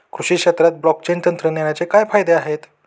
कृषी क्षेत्रात ब्लॉकचेन तंत्रज्ञानाचे काय फायदे आहेत?